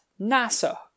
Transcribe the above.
NASA